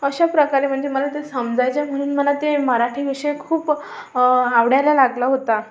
अशाप्रकारे म्हणजे मला ते समजायच्या म्हणून मला ते मराठी विषय खूप आवडायला लागला होता